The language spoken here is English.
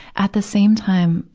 at the same time